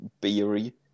beery